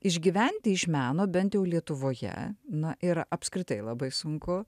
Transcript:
išgyventi iš meno bent jau lietuvoje na yra apskritai labai sunku